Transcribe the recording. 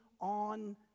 on